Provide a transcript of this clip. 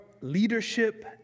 leadership